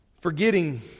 Forgetting